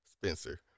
Spencer